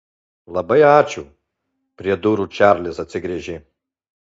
labai ačiū prie durų čarlis atsigręžė